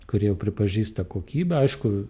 kurie jau pripažįsta kokybę aišku